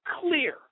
clear